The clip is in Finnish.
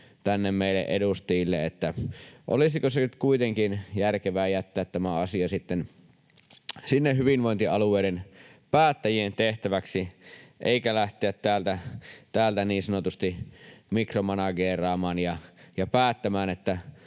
tänne meille edustajille, että olisiko nyt kuitenkin järkevää jättää tämä asia sinne hyvinvointialueiden päättäjien tehtäväksi, eikä lähteä täältä niin sanotusti mikromanageeraamaan ja päättämään,